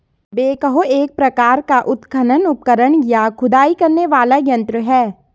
backhoe एक प्रकार का उत्खनन उपकरण, या खुदाई करने वाला यंत्र है